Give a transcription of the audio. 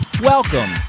welcome